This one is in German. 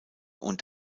und